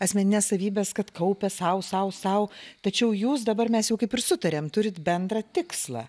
asmenines savybes kad kaupia sau sau sau tačiau jūs dabar mes jau kaip ir sutarėm turit bendrą tikslą